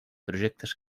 projectes